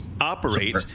operate